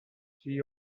she